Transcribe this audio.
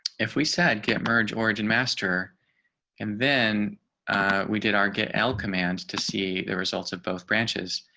if we said get merged origin master and then we did our get l command to see the results of both branches.